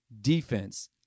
Defense